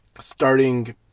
starting